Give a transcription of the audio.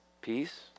Peace